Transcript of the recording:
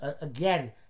again